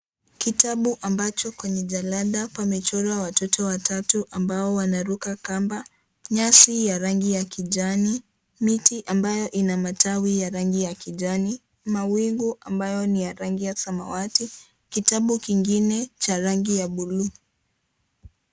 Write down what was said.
Kitabu ambacho kwenye jalada, pamechorwa watoto watatu, ambao wanaruka kamba. Nyasi ya rangi ya kijani. Miti ambayo ina matawi ya rangi ya kijani. Mawingu ambayo ni ya rangi ya samawati. Kitabu kingine cha rangi ya buluu.